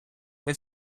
без